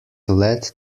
lead